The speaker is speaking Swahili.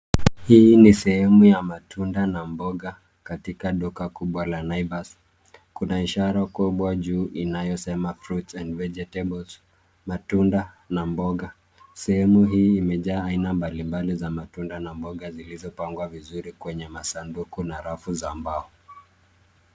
Hii ni sehemu ya matunda na mboga katika duka kubwa la Naivas. Kuna ishara kubwa juu inayosema fruits and vegetables matunda na mboga. Sehemu hii imejaa aina mbalimbali za matunda na mboga zilizopangwa vizuri kwenye masanduku na rafu za mbao.